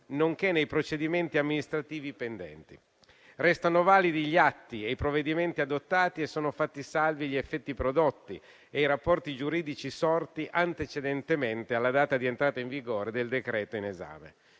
nonché nei procedimenti amministrativi pendenti. Restano validi gli atti e i provvedimenti adottati e sono fatti salvi gli effetti prodotti e i rapporti giuridici sorti antecedentemente alla data di entrata in vigore del decreto in esame.